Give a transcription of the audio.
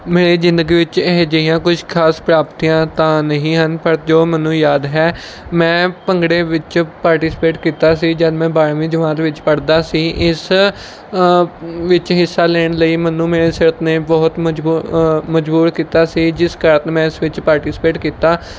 ਮੇਰੀ ਜ਼ਿੰਦਗੀ ਵਿੱਚ ਇਹੋ ਜਿਹੀਆਂ ਕੁਛ ਖਾਸ ਪ੍ਰਾਪਤੀਆਂ ਤਾਂ ਨਹੀਂ ਹਨ ਪਰ ਜੋ ਮੈਨੂੰ ਯਾਦ ਹੈ ਮੈਂ ਭੰਗੜੇ ਵਿੱਚ ਪਾਰਟੀਸਪੇਟ ਕੀਤਾ ਸੀ ਜਦ ਮੈਂ ਬਾਰਵੀਂ ਜਮਾਤ ਵਿੱਚ ਪੜ੍ਹਦਾ ਸੀ ਇਸ ਵਿੱਚ ਹਿੱਸਾ ਲੈਣ ਲਈ ਮੈਨੂੰ ਮੇਰੇ ਸਰ ਨੇ ਬਹੁਤ ਮਜਬੂ ਮਜ਼ਬੂਰ ਕੀਤਾ ਸੀ ਜਿਸ ਕਾਰਨ ਮੈਂ ਇਸ ਵਿੱਚ ਪਾਰਟੀਸਪੇਟ ਕੀਤਾ